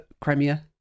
Crimea